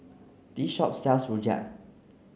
this shop sells Rojak